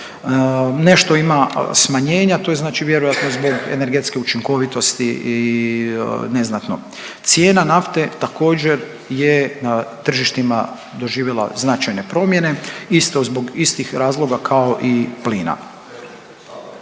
Nešto ima smanjenja. To je znači vjerojatno zbog energetske učinkovitosti i neznatno. Cijena nafte također je na tržištima doživjela značajne promjene isto zbog istih razloga kao i plina.